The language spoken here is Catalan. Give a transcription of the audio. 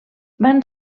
van